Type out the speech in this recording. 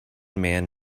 man